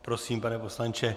Prosím, pane poslanče.